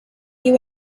you